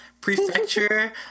Prefecture